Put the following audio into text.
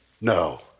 No